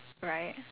right